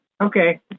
okay